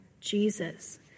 Jesus